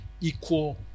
equal